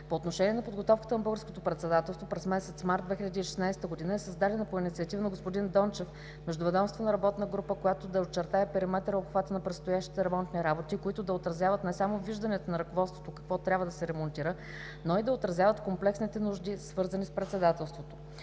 По отношение на подготовката на българското председателство през месец март 2016 г. е създадена по инициатива на господин Дончев Междуведомствена работна група, която да очертае периметъра и обхвата на предстоящите ремонтни работи, които да отразяват не само вижданията на ръководството какво трябва да се ремонтира, но и да отразяват комплексните нужди, свързани с председателството.